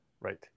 Right